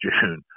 June